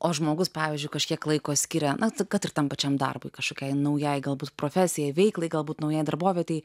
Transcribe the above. o žmogus pavyzdžiui kažkiek laiko skiria ant kad ir tam pačiam darbui kažkokiai naujai galbūt profesinei veiklai galbūt naujoje darbovietėje